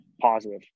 positive